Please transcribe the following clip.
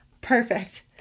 perfect